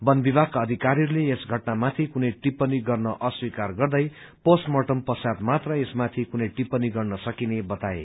बन विभागको अधिकारीले यस घटनामाथि कुनै टिप्पणी गर्न अस्वीकार गर्दै पोष्ट मार्टम पश्चात मात्र यसमाथि कुनै टिप्पणी गर्न सकिने बताए